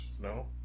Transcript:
no